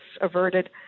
averted